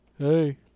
Hey